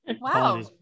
wow